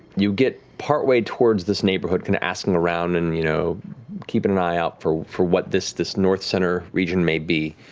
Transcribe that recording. you get partway towards this neighborhood, asking around, and you know keeping an eye out for for what this this north center region may be.